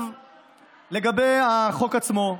לגבי החוק עצמו,